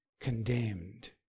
condemned